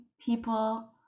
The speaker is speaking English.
people